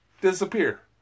disappear